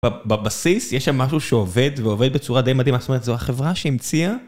בבסיס יש שם משהו שעובד, ועובד בצורה די מדהימה. זאת אומרת זו החברה שהמציאה...